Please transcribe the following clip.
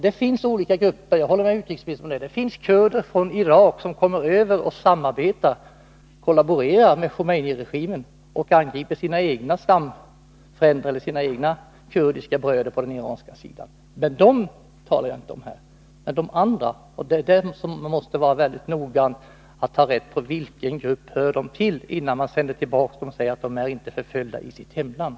Det finns olika grupper kurder — jag håller med utrikesministern om det — som kommer över från Irak och kollaborerar med Khomeiniregimen och angriper sina kurdiska bröder på den iranska sidan. Men dem talar jag inte om här. Jag talar om de andra. Man måste vara mycket noga med att ta reda på vilken grupp kurderna i fråga hör till, innan man sänder dem tillbaka och säger att de inte är förföljda i sitt hemland.